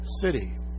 city